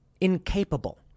incapable